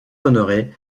honoré